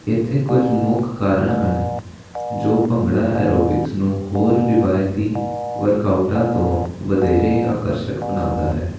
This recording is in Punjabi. ਇੱਥੇ ਕੁਝ ਮੁੱਖ ਕਾਰਨ ਹਨ ਜੋ ਭੰਗੜਾ ਐਰੋਬਿਕਸ ਨੂੰ ਹੋਰ ਰਿਵਾਇਤੀ ਵਰਕਆਊਟਾਂ ਤੋਂ ਵਧੇਰੇ ਆਕਰਸ਼ਕ ਬਣਾਉਂਦਾ ਹੈ